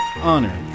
honor